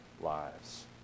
lives